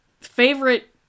favorite